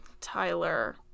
Tyler